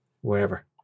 wherever